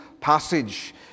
passage